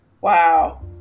Wow